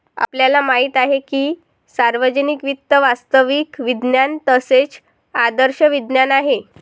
आपल्याला माहित आहे की सार्वजनिक वित्त वास्तविक विज्ञान तसेच आदर्श विज्ञान आहे